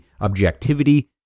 objectivity